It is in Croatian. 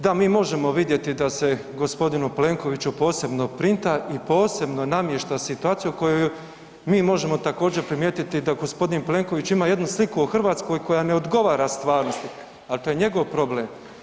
Da, mi možemo vidjeti da se g. Plenkoviću posebno printa i posebno namješta situaciji u kojoj mi možemo također primijetiti da g. Plenković ima jednu sliku o Hrvatskoj koja ne odgovara stvarnosti ali to je njegov problem.